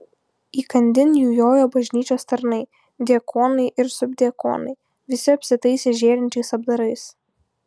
įkandin jų jojo bažnyčios tarnai diakonai ir subdiakonai visi apsitaisę žėrinčiais apdarais